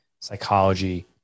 psychology